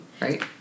right